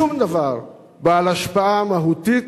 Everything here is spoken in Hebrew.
שום דבר בעל השפעה מהותית,